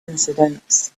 incidents